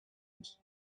and